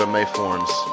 Mayforms